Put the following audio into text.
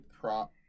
prop